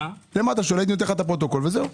אתן לך את הפרוטוקול וזהו.